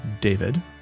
David